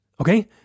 Okay